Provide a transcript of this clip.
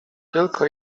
tylko